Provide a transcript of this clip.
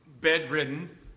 bedridden